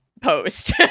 post